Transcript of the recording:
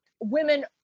women